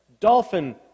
dolphin